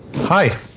hi